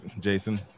Jason